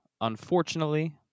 unfortunately